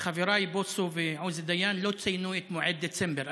חבריי בוסו ועוזי דיין לא ציינו את מועד דצמבר.